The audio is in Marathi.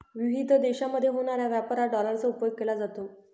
विविध देशांमध्ये होणाऱ्या व्यापारात डॉलरचा उपयोग केला जातो